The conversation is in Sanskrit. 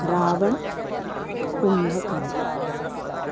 रावणः कुम्भकर्णः